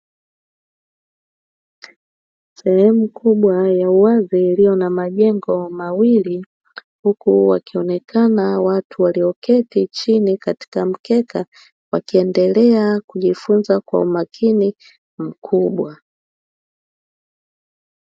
Sehemu kubwa ya uwazi iliyo na majengo mawili, huku wakionekana watu walioketi chini katika mkeka wakiendelea kujifunza kwa umakini mkubwa.